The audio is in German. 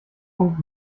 punkt